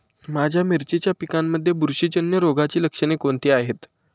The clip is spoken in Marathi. माझ्या मिरचीच्या पिकांमध्ये बुरशीजन्य रोगाची लक्षणे कोणती आहेत?